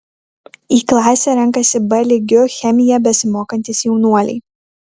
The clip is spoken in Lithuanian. į klasę renkasi b lygiu chemiją besimokantys jaunuoliai